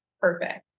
perfect